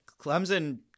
Clemson